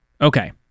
Okay